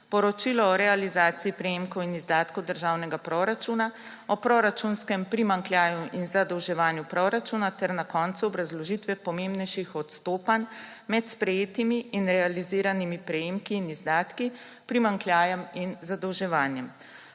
poročilo o realizaciji prejemkov in izdatkov državnega proračuna, o proračunskem primanjkljaju in zadolževanju proračuna ter na koncu obrazložitve pomembnejših odstopanj med sprejetimi in realiziranimi prejemki in izdatki, primanjkljajem in zadolževanjem.